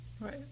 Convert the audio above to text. Right